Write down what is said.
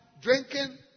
Drinking